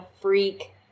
freak